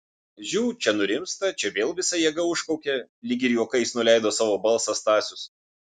žiū čia nurimsta čia vėl visa jėga užkaukia lyg ir juokais nuleido savo balsą stasius